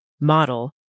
model